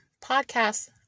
podcasts